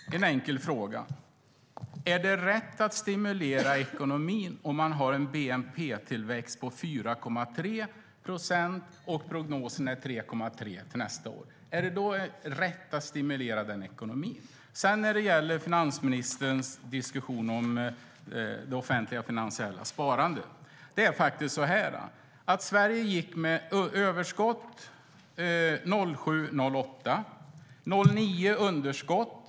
Fru talman! Jag har en enkel fråga: Är det rätt att stimulera ekonomin om man har en bnp-tillväxt på 4,3 procent och prognosen är 3,3 till nästa år? Är det då rätt att stimulera den ekonomin? Sedan gäller det finansministerns diskussion om det offentliga finansiella sparandet. Det är faktiskt så att Sverige gick med överskott 2007 och 2008. År 2009 var det underskott.